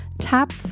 tap